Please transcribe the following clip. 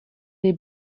des